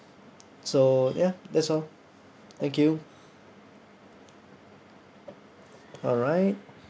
so ya that's all thank you alright